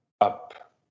up